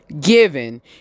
given